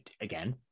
again